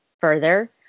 further